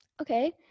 Okay